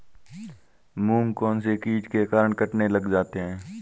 मूंग कौनसे कीट के कारण कटने लग जाते हैं?